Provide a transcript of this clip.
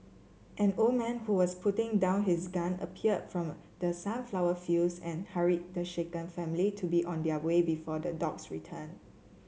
an old man who was putting down his gun appeared from the sunflower fields and hurried the shaken family to be on their way before the dogs return